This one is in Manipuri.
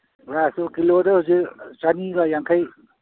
ꯒ꯭ꯔꯥꯁꯇꯨ ꯀꯤꯂꯣꯗ ꯍꯧꯖꯤꯛ ꯆꯅꯤꯒ ꯌꯥꯡꯈꯩ